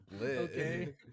Okay